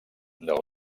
del